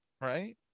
right